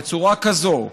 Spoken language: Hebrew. בצורה כזאת,